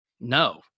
No